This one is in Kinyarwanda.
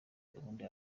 gahunda